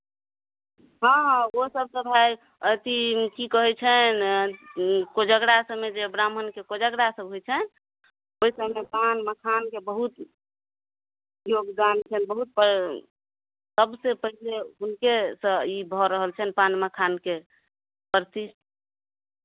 हँ हँ ओ सभसँ भाय अथी की कहै छनि कोजगरा सभमे जे ब्राह्मणके कोजगरासभ होइ छैन ओहि सभमे पान मखानके बहुत योगदान छनि बहुत सभसँ पहिले हुनकेसँ ई भऽ रहल छनि पान मखानके प्रति